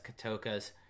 Katoka's